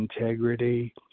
integrity